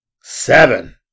seven